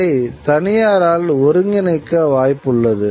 இதை தனியாரால் ஒருங்கிணைக்க வாய்ப்பு உள்ளது